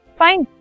fine।